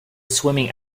swimming